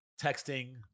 texting